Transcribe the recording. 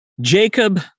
Jacob